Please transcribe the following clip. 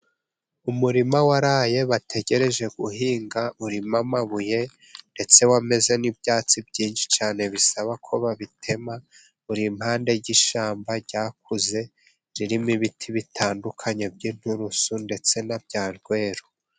Umurima waraye bategereje guhinga, urimo amabuye ndetse wameze n'ibyatsi byinshi cyane, bisaba ko babitema, uri impande y'ishyamba ryakuze ririmo ibiti bitandukanye by'inturusu ndetse na bya rweru.